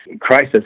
crisis